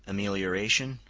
amelioration,